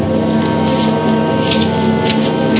or